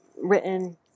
written